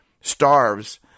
starves